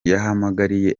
yahamagariye